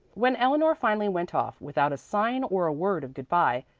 when eleanor finally went off, without a sign or a word of good-bye,